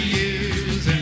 years